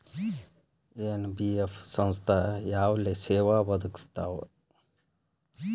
NBF ಸಂಸ್ಥಾ ಯಾವ ಸೇವಾ ಒದಗಿಸ್ತಾವ?